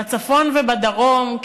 בצפון ובדרום,